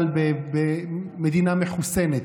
במדינה מחוסנת.